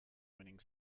winning